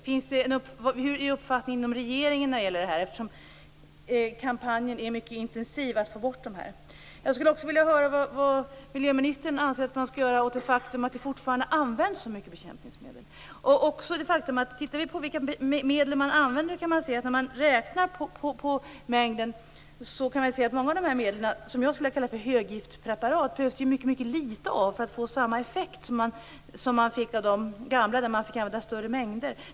Vad har man för uppfattning i regeringen när det gäller det här? Kampanjen för att få bort detta är ju mycket intensiv. Jag skulle också vilja höra vad miljöministern anser att man skall göra åt det faktum att det fortfarande används så mycket bekämpningsmedel. När man räknar på mängden bekämpningsmedel som används kan man se att många av de medel som jag skulle vilja kalla höggiftspreparat behövs det mycket litet av för att man skall uppnå samma effekt som med de gamla medlen. Av dem fick man använda större mängder.